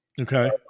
Okay